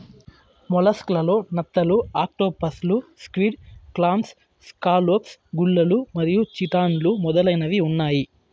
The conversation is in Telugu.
మొలస్క్ లలో నత్తలు, ఆక్టోపస్లు, స్క్విడ్, క్లామ్స్, స్కాలోప్స్, గుల్లలు మరియు చిటాన్లు మొదలైనవి ఉన్నాయి